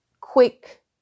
quick